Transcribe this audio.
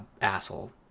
asshole